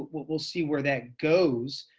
we'll see where that goes.